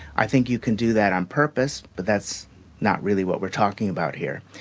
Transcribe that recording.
i think you can do that on purpose, but that's not really what we're talking about here.